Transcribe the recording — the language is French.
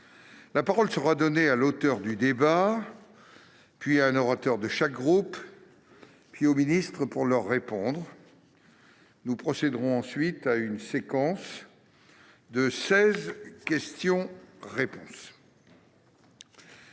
la parole sera donnée à l'auteur du débat, à un orateur de chaque groupe, puis aux ministres pour leur répondre. Ensuite, nous procéderons à une séquence de seize questions-réponses.